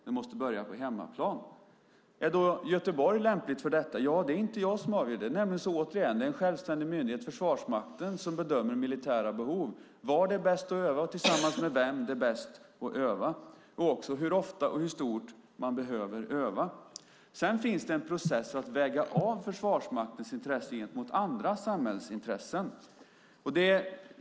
Vi måste börja på hemmaplan. Är då Göteborg lämpligt för detta? Det är inte jag som avgör det. Det är nämligen så, återigen, att det är en självständig myndighet, Försvarsmakten, som bedömer militära behov, var det är bäst att öva, tillsammans med vem det är bäst att öva och hur ofta och hur stort man behöver öva. Sedan finns det en process att väga av Försvarsmaktens intresse gentemot andra samhällsintressen.